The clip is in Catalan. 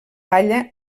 palla